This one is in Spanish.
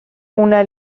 una